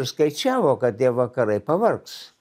ir skaičiavo kad tie vakarai pavargs